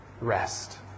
rest